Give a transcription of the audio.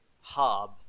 hob